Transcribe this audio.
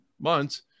months